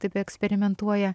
taip eksperimentuoja